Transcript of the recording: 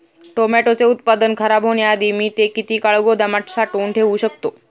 टोमॅटोचे उत्पादन खराब होण्याआधी मी ते किती काळ गोदामात साठवून ठेऊ शकतो?